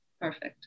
Perfect